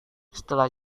setelah